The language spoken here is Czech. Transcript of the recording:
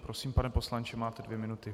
Prosím, pane poslanče, máte dvě minuty.